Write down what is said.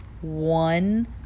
one